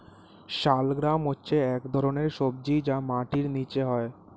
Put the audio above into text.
শালগ্রাম হচ্ছে এক ধরনের সবজি যা মাটির নিচে হয়